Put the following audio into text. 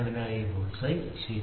അതിനാൽ ഇതാ bull's eye ശരി